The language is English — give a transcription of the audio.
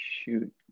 Shoot